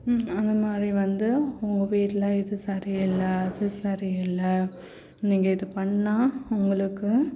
அந்தமாதிரி வந்து உங்கள் வீட்டில இது சரியில்லை அது சரியில்லை நீங்கள் இது பண்ணால் உங்களுக்கு